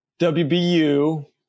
wbu